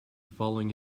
falling